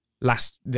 last